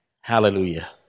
Hallelujah